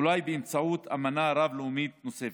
אולי באמצעות אמנה רב-לאומית נוספת.